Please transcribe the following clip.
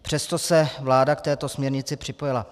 Přesto se vláda k této směrnici připojila.